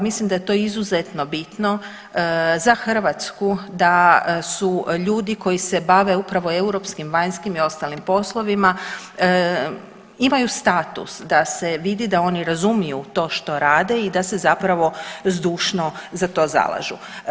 Mislim da je to izuzetno bitno za Hrvatsku da su ljudi koji se bave upravo europskim vanjskim i ostalim poslovima imaju status da se vidi da oni razumiju to što rade i da se zapravo zdušno za to zalažu.